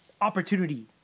opportunity